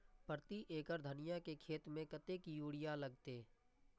प्रति एकड़ धनिया के खेत में कतेक यूरिया लगते?